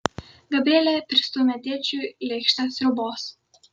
gabrielė pristūmė tėčiui lėkštę sriubos